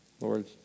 Lord